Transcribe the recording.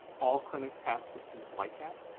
all clinics have systems like that,